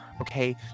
Okay